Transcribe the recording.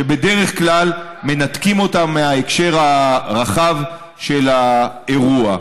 שבדרך כלל מנתקים אותם מההקשר הרחב של האירוע.